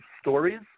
Stories